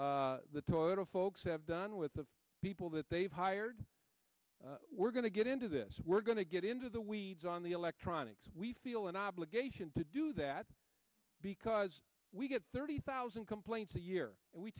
the total folks have done with the people that they've hired we're going to get into this we're going to get into the weeds on the electronics we feel an obligation to do that because we get thirty thousand complaints a year